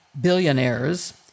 billionaires